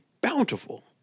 bountiful